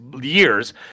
years